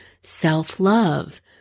Self-love